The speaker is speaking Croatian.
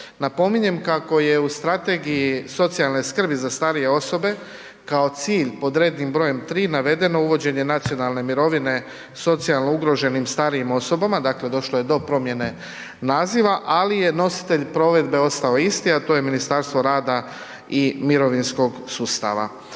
Napominjem kako je u strategiji socijalne skrbi za starije osobe kao cilj pod red. br. 3. navedeno uvođenje nacionalne mirovine socijalno ugroženim starijim osobama, dakle došlo je do promijene naziva, ali je nositelj provedbe ostao isti, a to je Ministarstvo rada i mirovinskog sustava.